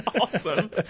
awesome